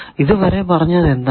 നമ്മൾ ഇതുവരെ പറഞ്ഞതെന്താണ്